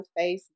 Facebook